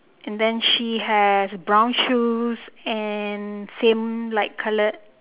and then she has brown shoes and same light coloured